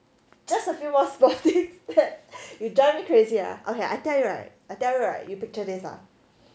just a few more small things that you drive me crazy lah okay I tell you right I tell you right you picture this ah